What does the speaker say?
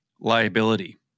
liability